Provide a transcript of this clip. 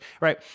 right